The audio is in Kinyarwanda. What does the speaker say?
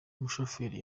umushoferi